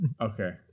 Okay